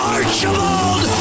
Archibald